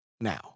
now